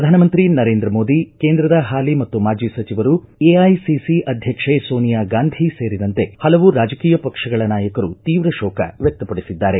ಪ್ರಧಾನಮಂತ್ರಿ ನರೇಂದ್ರ ಮೋದಿ ಕೇಂದ್ರದ ಹಾಲಿ ಮತ್ತು ಮಾಜಿ ಸಚಿವರು ಎಐಸಿಸಿ ಅಧ್ಯಕ್ಷೆ ಸೋನಿಯಾ ಗಾಂಧಿ ಸೇರಿದಂತೆ ಪಲವು ರಾಜಕೀಯ ಪಕ್ಷಗಳ ನಾಯಕರು ತೀವ್ರ ಶೋಕ ವ್ಯಕ್ತಪಡಿಸಿದ್ದಾರೆ